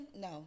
No